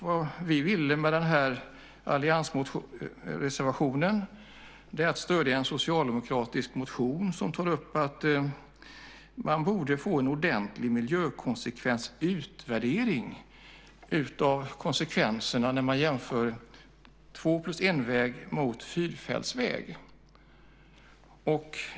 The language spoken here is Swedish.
Vad vi ville med denna alliansreservation var att stödja en socialdemokratisk motion där man föreslår att det borde göras en ordentlig miljökonsekvensutvärdering där man jämför två-plus-en-väg och fyrfältsväg.